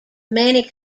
many